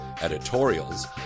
editorials